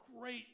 great